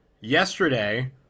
yesterday